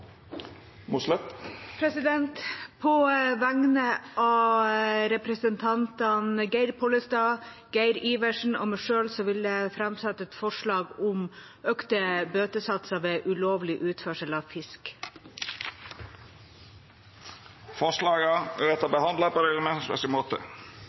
På vegne av representantene Geir Pollestad, Geir Adelsten Iversen og meg selv vil jeg framsette et forslag om økte bøtesatser ved ulovlig utførsel av fisk. Forslaga